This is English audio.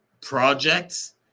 projects